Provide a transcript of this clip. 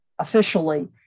officially